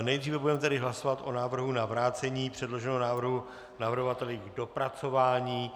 Nejdříve budeme tedy hlasovat o návrhu na vrácení předloženého návrhu navrhovateli k dopracování.